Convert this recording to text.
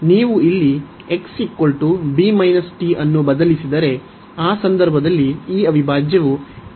ನೀವು ಇಲ್ಲಿ x b t ಅನ್ನು ಬದಲಿಸಿದರೆ ಆ ಸಂದರ್ಭದಲ್ಲಿ ಈ ಅವಿಭಾಜ್ಯವು ಆಗಿರುತ್ತದೆ